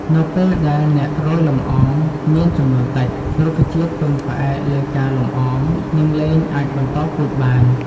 នៅពេលដែលអ្នករោយលំអងមានចំនួនតិច រុក្ខជាតិពឹងផ្អែកលើការលំអងនឹងលែងអាចបន្តពូជបាន។